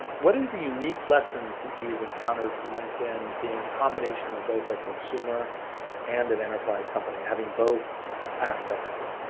what are the unique lessons that you've encountered from linkedin being a combination of both a consumer and an enterprise company having both aspects to it?